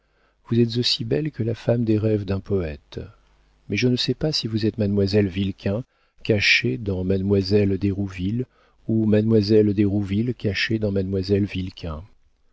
vous êtes aussi belle que la femme des rêves d'un poëte mais je ne sais pas si vous êtes mademoiselle vilquin cachée dans mademoiselle d'hérouville ou mademoiselle d'hérouville cachée dans